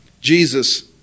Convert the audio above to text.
Jesus